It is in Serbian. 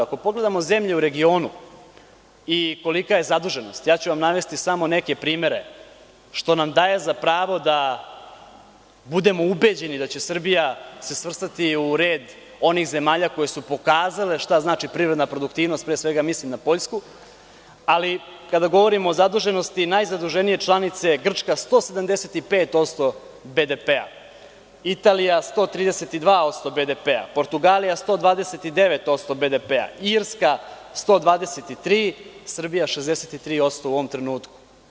Ako pogledamo zemlje u regionu i kolika je zaduženost, navešću vam samo neke primere, što nam daje za pravo da budemo ubeđeni da će se Srbija svrstati u red onih zemalja koje su pokazale šta znači privredna produktivnost, pre svega mislim na Poljsku, ali kada govorimo o zaduženosti, najzaduženije članice – Grčka 175% BDP, Italija 132% BDP, Portugalija 129% BDP, Irska 123%, Srbija 63% u ovom trenutku.